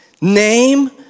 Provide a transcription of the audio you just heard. Name